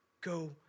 go